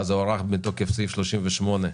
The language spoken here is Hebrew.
ואז הוארך בתוקף סעיף 20,